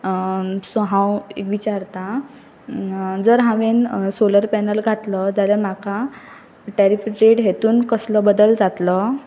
so हांव एक विचारतां जर हांवें सोलर पॅनल घातलो जाल्यार म्हाका टॅरीफ रेट हेतून कसलो बदल जातलो